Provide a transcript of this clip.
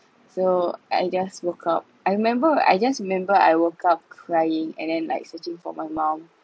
so I just woke up I remember I just remember I woke up crying and then like searching for my mom